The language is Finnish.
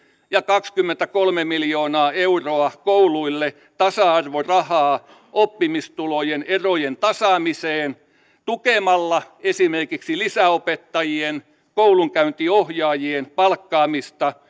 ja kaksikymmentäkolme miljoonaa euroa kouluille tasa arvorahaa oppimistulosten erojen tasaamiseen esimerkiksi lisäopettajien ja koulunkäyntiohjaajien palkkaamista